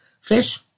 fish